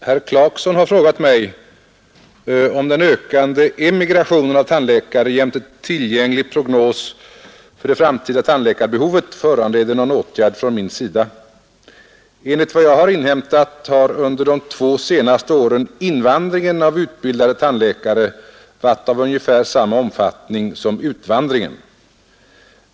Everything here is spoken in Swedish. Herr talman! Herr Clarkson har frågat mig, om den ökande emigrationen av tandläkare jämte tillgänglig prognos för det framtida tandläkarbehovet föranleder någon åtgärd från min sida. Enligt vad jag har inhämtat har under de två se; aste åren invandringen av utbildade tandläkare varit av ungefär samma omfattning som utvandringen.